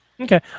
Okay